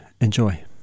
enjoy